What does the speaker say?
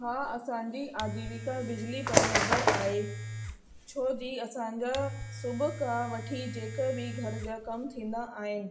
हा असांजी आजीविका बिजली पर निर्भर आहे छोजी असांजा सुबुह खां वठी जेका बि घर जा कम थींदा आहिनि